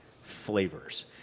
flavors